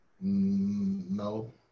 No